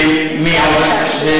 ואיימן, ומי עוד?